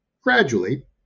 gradually